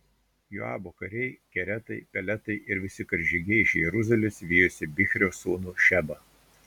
joabo kariai keretai peletai ir visi karžygiai iš jeruzalės vijosi bichrio sūnų šebą